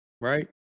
right